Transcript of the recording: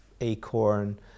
Acorn